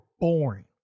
boring